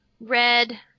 red